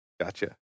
Gotcha